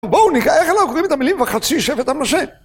בואו נ... איך אנחנו קוראים את המילים "וחצי שבט המנשה"!